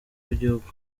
w’igihugu